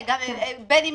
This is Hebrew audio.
היא